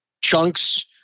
chunks